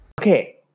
Okay